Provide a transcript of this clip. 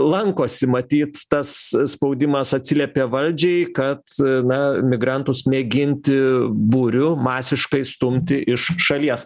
lankosi matyt tas spaudimas atsiliepė valdžiai kad na migrantus mėginti būriu masiškai stumti iš šalies